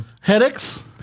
Headaches